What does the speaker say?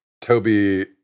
Toby